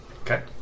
Okay